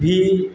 भी